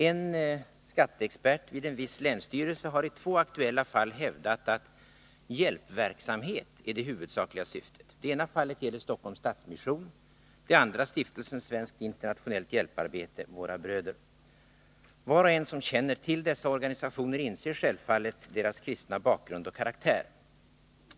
En skatteexpert vid en viss länsstyrelse har i två aktuella fall hävdat att ”hjälpverksamhet” är det huvudsakliga syftet. Det ena fallet gäller Stockholms stadsmission, det andra Stiftelsen Svenskt internationellt hjälparbete — Våra bröder. Var och en som känner till dessa organisationer inser självfallet deras kristna bakgrund och karaktär.